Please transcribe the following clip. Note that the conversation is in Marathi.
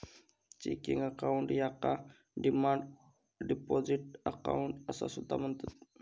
चेकिंग अकाउंट याका डिमांड डिपॉझिट अकाउंट असा सुद्धा म्हणतत